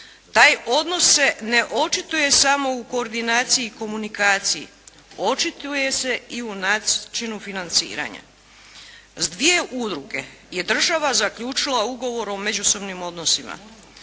Taj odnos se ne očituje samo u koordinaciji i komunikaciji, očituje se i u nacrtu financiranja. S dvije udruge je država zaključila ugovor o međusobnim odnosima.